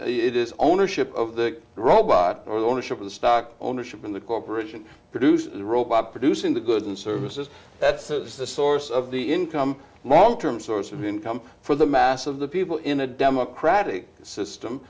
it is ownership of the robot or the ownership of the stock ownership in the corporation produces the robot producing the goods and services that's the source of the income mall term source of income for the mass of the people in a democratic system